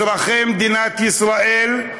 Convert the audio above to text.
אזרחי מדינת ישראל,